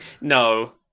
No